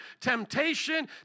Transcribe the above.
temptation